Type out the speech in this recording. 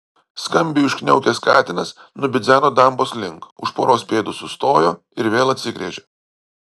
skambiai užkniaukęs katinas nubidzeno dambos link už poros pėdų sustojo ir vėl atsigręžė